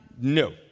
no